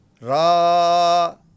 Ra